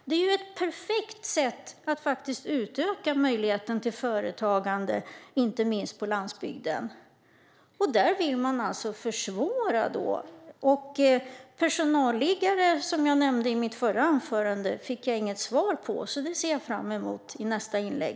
Det är ju ett perfekt sätt att utöka möjligheten till företagande, inte minst på landsbygden. Men här vill man försvåra. Jag fick inget svar om personalliggarna, så jag ser fram emot det i ministerns sista inlägg.